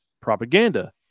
propaganda